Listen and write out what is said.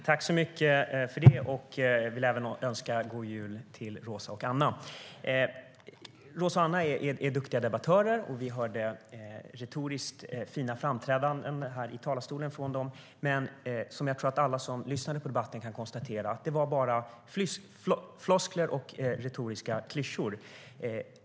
Herr talman! Jag vill önska en god jul även till Roza Güclü Hedin och Anna Wallén. Roza och Anna är duktiga debattörer, och vi hörde retoriskt fina framträdanden här i talarstolen från dem. Men jag tror att alla som lyssnade på debatten kan konstatera att det var bara floskler och retoriska klyschor.